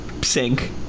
sink